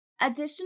Additional